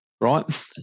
right